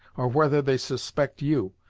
or whether they suspect you,